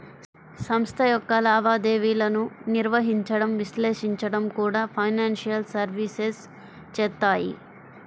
సంస్థ యొక్క లావాదేవీలను నిర్వహించడం, విశ్లేషించడం కూడా ఫైనాన్షియల్ సర్వీసెస్ చేత్తాయి